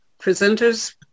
presenters